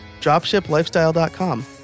DropShipLifestyle.com